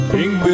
King